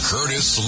Curtis